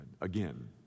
again